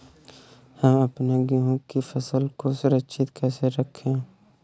हम अपने गेहूँ की फसल को सुरक्षित कैसे रखें?